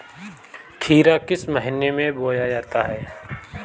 खीरा किस महीने में बोया जाता है?